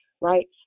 right